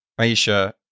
Aisha